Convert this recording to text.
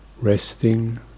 resting